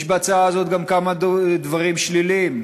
יש בהצעה הזאת גם כמה דברים שליליים.